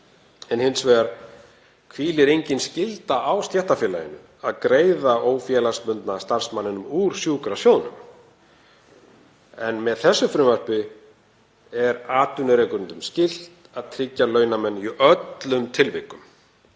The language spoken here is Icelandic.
en hins vegar hvílir engin skylda á stéttarfélaginu að greiða ófélagsbundna starfsmanninum úr sjúkrasjóðnum en með þessu frumvarpi er atvinnurekendum skylt að tryggja launamenn í öllum tilvikum